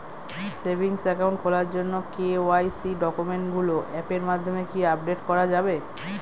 Savings account খোলার জন্য KYC ডকুমেন্টগুলো অ্যাপের মাধ্যমে কি আপডেট করা যাবে?